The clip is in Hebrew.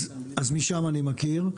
משם אני מכיר.